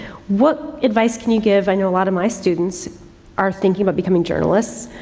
what advice can you give, i know a lot of my students are thinking about becoming journalists,